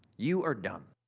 you are done.